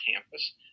campus